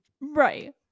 Right